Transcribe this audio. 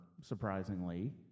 surprisingly